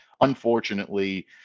Unfortunately